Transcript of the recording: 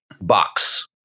box